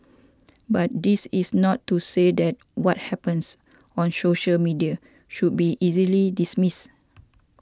but this is not to say that what happens on social media should be easily dismissed